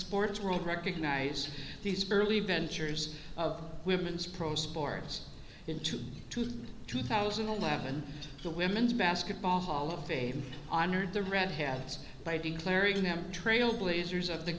sports world recognize these early ventures of women's pro sports into two thousand and eleven the women's basketball hall of fame honored the red heads by declaring them trailblazers of the